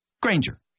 Granger